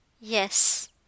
Yes